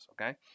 okay